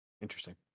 Interesting